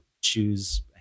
choose